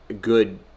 good